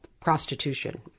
prostitution